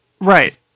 Right